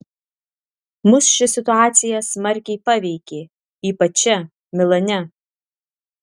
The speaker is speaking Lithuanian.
mus ši situacija smarkiai paveikė ypač čia milane